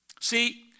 See